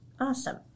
Awesome